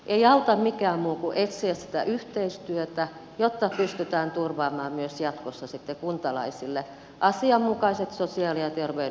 ei auta mikään muu kuin etsiä sitä yhteistyötä jotta pystytään turvaamaan myös jatkossa kuntalaisille asianmukaiset sosiaali ja terveydenhuollon palvelut